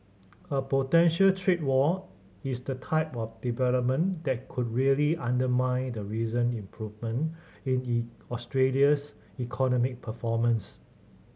a potential trade war is the type of development that could really undermine the recent improvement in Australia's economic performance